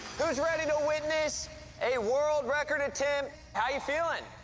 who's ready to witness a world record attempt? how are you feeling?